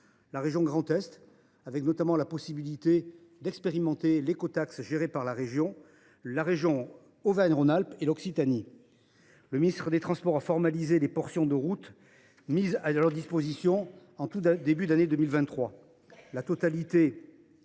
la région Grand Est, qui aura notamment la possibilité d’expérimenter l’écotaxe gérée par la région, la région Auvergne Rhône Alpes et l’Occitanie. Le ministre des transports a formalisé les portions de route mises à leur disposition en tout début d’année 2023,